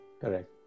Correct